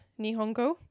nihongo